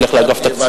נלך לאגף התקציבים,